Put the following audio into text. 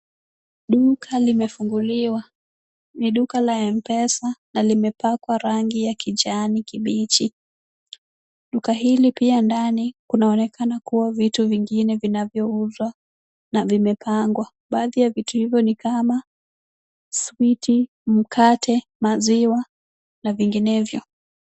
Duka limefunguliwa. Ni duka la M-Pesa na limepakwa rangi ya kijani kibichi. Duka hili pia ndani kunaonekana kuwa vitu vingine vinavyouzwa na vimepangwa. Baadhi ya vitu hivyo ni kama switi , mkate, maziwa na vinginevyo.